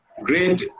great